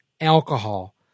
alcohol